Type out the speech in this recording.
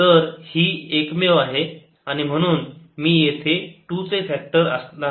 तर ही एकमेव आहे आणि म्हणून मी येथे 2 चे फॅक्टरियल असणार आहे